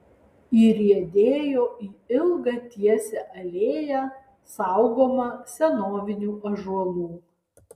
įriedėjo į ilgą tiesią alėją saugomą senovinių ąžuolų